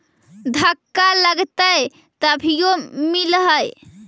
धक्का लगतय तभीयो मिल है?